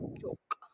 joke